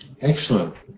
Excellent